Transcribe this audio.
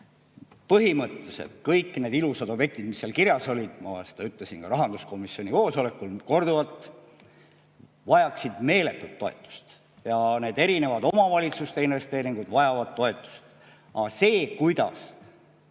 Põhimõtteliselt kõik need ilusad objektid, mis seal kirjas olid – ma seda ütlesin ka rahanduskomisjoni koosolekul korduvalt –, vajaksid meeletult toetust. Need erinevad omavalitsuste investeeringud vajavad toetust.